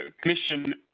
Commission